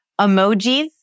Emojis